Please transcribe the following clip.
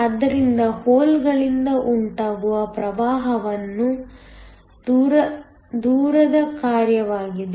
ಆದ್ದರಿಂದ ಹೋಲ್ಗಳಿಂದ ಉಂಟಾಗುವ ಪ್ರವಾಹವು ದೂರದ ಕಾರ್ಯವಾಗಿದೆ